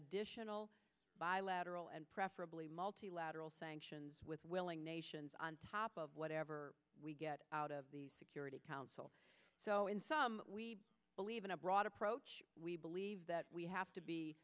additional bilateral and preferably multilateral sanctions with willing nations on top of whatever we get out of the security council so in some we believe in a broad approach we believe that we have to be